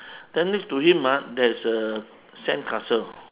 then next to him ah there is a sandcastle